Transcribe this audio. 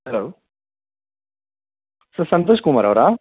hello sir Santosh Kumar ಅವರಾ